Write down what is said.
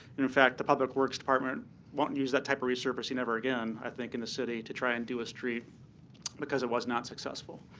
in fact, the public works department won't use that type of resurfacing ever again, i think, in the city to try and do a street because it was not successful.